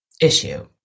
issue